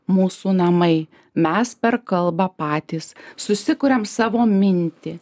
mūsų namai mes per kalbą patys susikuriam savo mintį